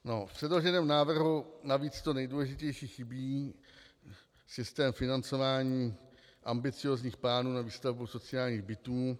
V předloženém návrhu navíc to nejdůležitější chybí systém financování ambiciózních plánů na výstavbu sociálních bytů.